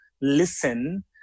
listen